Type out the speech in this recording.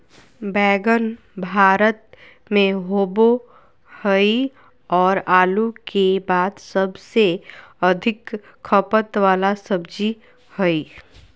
बैंगन भारत में होबो हइ और आलू के बाद सबसे अधिक खपत वाला सब्जी हइ